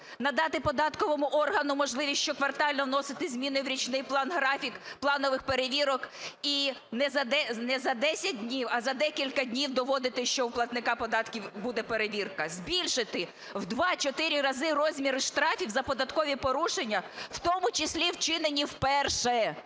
Надати податковому органу можливість щоквартально вносити зміни в річний план-графік планових перевірок і не за 10 днів, а за декілька днів доводити, що у платника податків буде перевірка. Збільшити в 2-4 рази розміри штрафів за податкові порушення, в тому числі вчинені вперше.